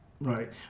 Right